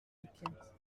identiques